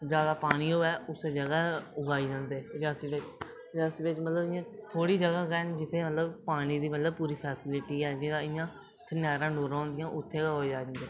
जैदा पानी होवै उस्सै जगह् उगाए जंदे रियासी ते रियासी बिच इ'यां मतलब थोह्ड़ी जगह् कैन जित्थै मतलब पानी दी पूरी फैसिलिटी नेईं तां इ'यां जुत्थै नैहरां नूहरां होंदियां उत्थै गै